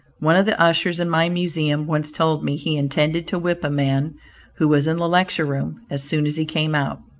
one of the ushers in my museum once told me he intended to whip a man who was in the lecture-room as soon as he came out.